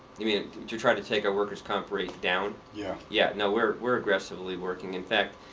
you mean to try to take our workers comp rate down? yeah. yeah. no, we're aggressively working. in fact,